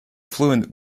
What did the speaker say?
fluent